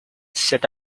set